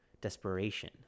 desperation